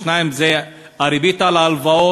השני זה הריבית על ההלוואות,